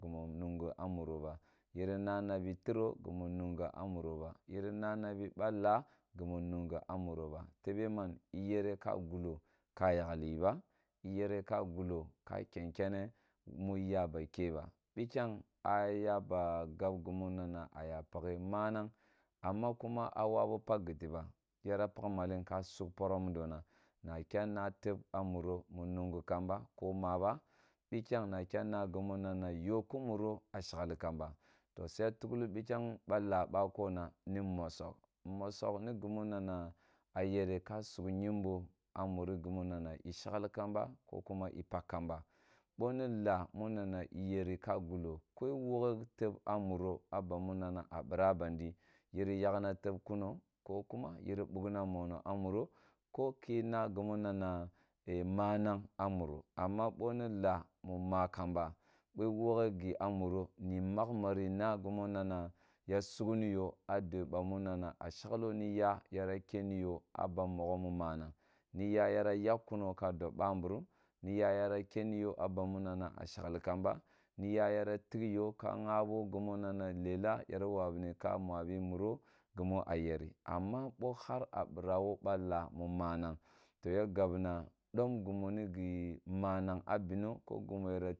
Gimu mungu a muro ba yeri na na bi tero gimu nangu a muro ba yiri na na bi ba laa ginu nungi a muro tebe man iyere ka gulo ka ken kenne mu iyaba ke ba bikyang a yaba gab gimu ba na aya pakh manag amma kumo a wabu pakh gite ba yara pakh malen ka sug poro mudona na kya na teb a muro mu nungu kamba ko maba bikya na kya na gimu na na yo kumiro a shagli kamba to siya tughli bikyang ba laa bako na ni mosogh, mosogh ni gumu nana a yere ka sug yimbo a muri gimu na na ishag kamba ko kuma pakh kamba boni laa muna na iyere ka gulo ko woghe teb a muro a bamu na na a bira bandi bamu na na a bira bandi yiri yagna teb kuno ko kumo yiri bugna mono a muro koki na gimu na nae manang a muro amma boni laa mu ma kamba bo i woghe gi a muro ni magnan ni gimu na na ya sugni yi a dua bamu na na a shglo hi ya yara keni yo a bammugho mu manag ni ya yara yagh kuno ka dob bamburum niya gara keni yo a bami nana a shagli kamba neya yara tig yo ka ghabo gemu nana lela yara wa wunin ka muak bi muro gumu a yerri amma bo har a ira wo ba laa mu manang to ya gabam dom gimu ni gi manang a bino ko gimu yara